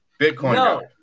Bitcoin